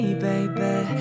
baby